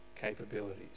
capabilities